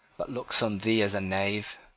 but looks on thee as a knave.